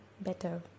better